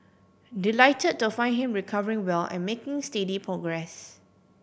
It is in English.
delight to find him recovering well and making steady progress